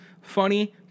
funny